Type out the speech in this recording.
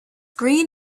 green